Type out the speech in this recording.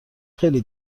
خیلی